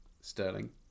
Sterling